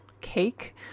cake